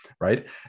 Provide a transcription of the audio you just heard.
right